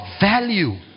value